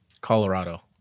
Colorado